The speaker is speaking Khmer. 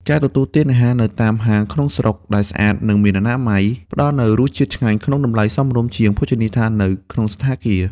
ការទទួលទានអាហារនៅតាមហាងក្នុងស្រុកដែលស្អាត និងមានអនាម័យ ផ្តល់នូវរសជាតិឆ្ងាញ់ក្នុងតម្លៃសមរម្យជាងភោជនីយដ្ឋាននៅក្នុងសណ្ឋាគារ។